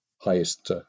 highest